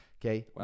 Okay